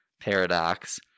paradox